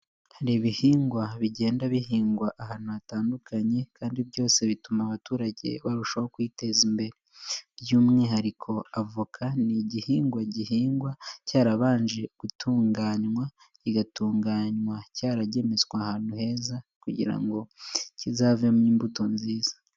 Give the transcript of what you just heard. Hari ibihingwa bigenda bihingwa ahantu hatandukanye kandi byose bituma abaturage barushaho kwiteza imbere, by'umwihariko avoka ni igihingwa gihingwa cyarabanje gutunganywa, kigatunganywa cyaragemetswe ahantu heza kugira ngo kizavemo imbuto nziza.